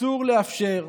אסור לאפשר.